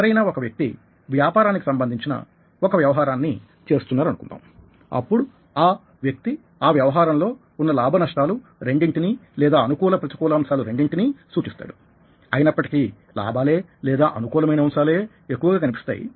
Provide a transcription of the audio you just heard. ఎవరైనా ఒక వ్యక్తి వ్యాపారానికి సంబంధించిన ఒక వ్యవహారాన్ని చేస్తున్నారు అనుకుందాం అప్పుడు ఆ వ్యక్తి ఆ వ్యవహారంలో ఉన్న లాభనష్టాలు రెండింటినీ లేదా అనుకూల ప్రతికూల అంశాలు రెండింటినీ సూచిస్తాడు అయినప్పటికీ లాభాలే లేదా అనుకూలమైన అంశాలే ఎక్కువగా కనిపిస్తాయి